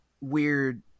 weird